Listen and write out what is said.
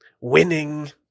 Winning